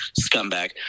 scumbag